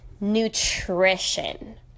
nutrition